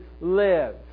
live